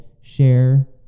share